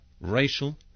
racial